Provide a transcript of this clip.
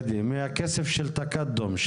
מהכסף של תקאדום,